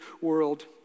world